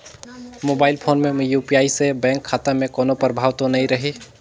Mobile phone मे UPI से bank खाता मे कोनो प्रभाव तो नइ रही?